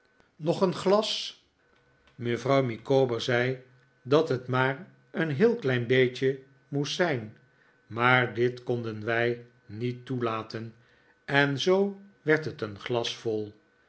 nog een glas mevrouw micawber zei dat het maar een heel klein beetje moest zijn maar dit konden wij niet toelaten en zoo werd het een glas vol